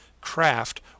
craft